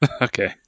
Okay